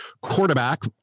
quarterback